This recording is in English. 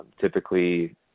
typically